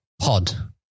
pod